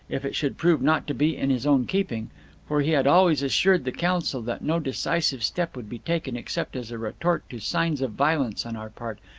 if it should prove not to be in his own keeping for he had always assured the council that no decisive step would be taken except as a retort to signs of violence on our part,